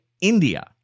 India